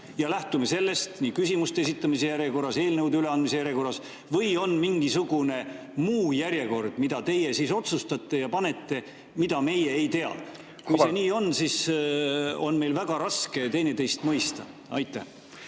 me lähtume sellest nii küsimuste esitamise järjekorras kui ka eelnõude üleandmise järjekorras? Või on mingisugune muu järjekord, mida teie otsustate ja panete ja mida meie ei tea? Kui see nii on, siis on meil väga raske teineteist mõista. Jah,